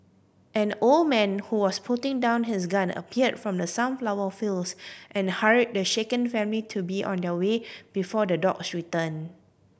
an old man who was putting down his gun appeared from the sunflower fields and hurried the shaken family to be on their way before the dogs return